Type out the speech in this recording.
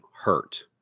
hurt